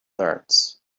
learns